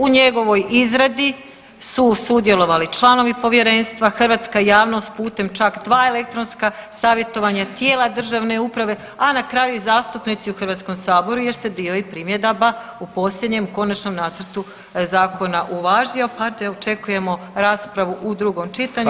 U njegovoj izradi su sudjelovali članovi povjerenstva, hrvatska javnost putem čak dva elektronska savjetovanja, tijela državne uprave, a na kraju i zastupnici u HS jer se dio i primjedaba u posljednjem konačnom nacrtu zakona uvažio, pa očekujemo raspravu u drugom čitanju.